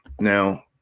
Now